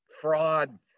fraud